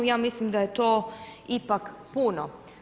Ja mislim da je to ipak puno.